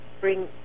bring